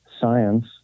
science